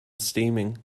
steaming